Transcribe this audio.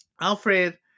Alfred